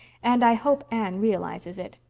and i hope anne realizes, it.